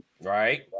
Right